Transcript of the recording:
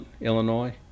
illinois